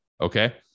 Okay